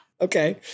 Okay